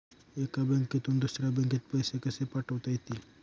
एका बँकेतून दुसऱ्या बँकेत पैसे कसे पाठवता येतील?